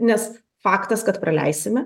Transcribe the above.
nes faktas kad praleisime